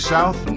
South